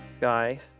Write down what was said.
Guy